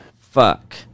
Fuck